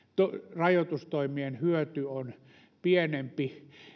rajoitustoimien hyöty on pienempi